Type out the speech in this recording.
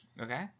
okay